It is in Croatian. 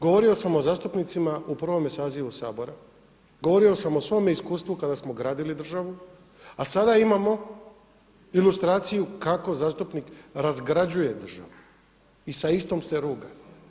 Govorio sam o zastupnicima u prvome sazivu Sabora, govorio sam o svome iskustvu kada smo gradili državu, a sada imamo ilustraciju kako zastupnik razgrađuje državu i sa istom se ruga.